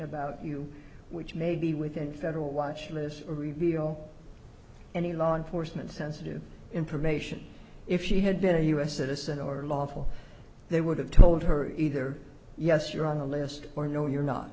about you which may be within federal watch list or reveal any law enforcement sensitive information if you had been a us citizen or lawful they would have told her either yes you're on the list or no you're not